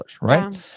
right